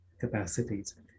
capacities